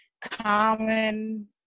common